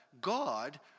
God